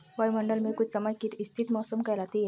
वायुमंडल मे कुछ समय की स्थिति मौसम कहलाती है